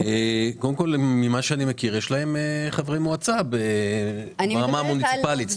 ממה שאני מכיר יש להם חברי מועצה ברמה המוניציפלית.